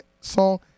song